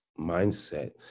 mindset